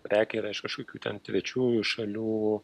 prekė yra iš kažkokių ten trečiųjų šalių